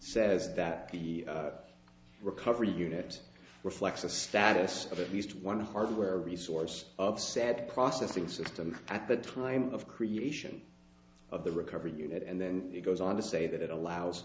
says that the recovery unit reflects the status of at least one hardware resource of said processing system at the time of creation of the recovery unit and then it goes on to say that it allows